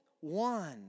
one